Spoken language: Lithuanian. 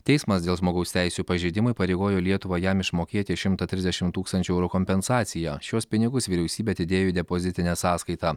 teismas dėl žmogaus teisių pažeidimų įpareigojo lietuvą jam išmokėti šimtą trisdešim tūkstančių eurų kompensaciją šiuos pinigus vyriausybė atidėjo į depozitinę sąskaitą